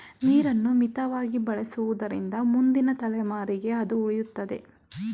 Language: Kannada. ನೀರನ್ನು ಮಿತವಾಗಿ ಬಳಸುವುದರಿಂದ ಮುಂದಿನ ತಲೆಮಾರಿಗೆ ಅದು ಉಳಿಯುತ್ತದೆ